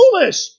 foolish